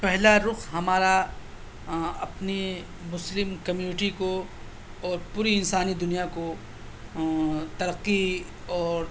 پہلا رخ ہمارا اپنی مسلم کمیونٹی کو اور پوری انسانی دنیا کو ترقی اور